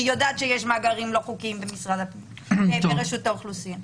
כי היא יודעת שיש מאגרים לא חוקיים ברשות האוכלוסין,